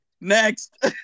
Next